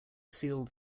sealed